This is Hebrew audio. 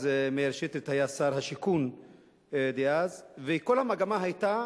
מאיר שטרית היה שר השיכון אז, וכל המגמה היתה